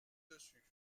dessus